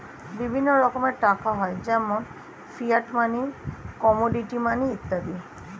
বিভিন্ন রকমের টাকা হয় যেমন ফিয়াট মানি, কমোডিটি মানি ইত্যাদি